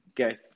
Okay